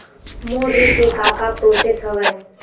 मोर ऋण के का का प्रोसेस हवय?